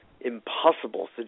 impossible